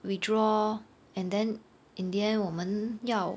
withdraw and then in the end 我们要